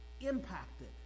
impacted